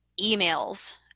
emails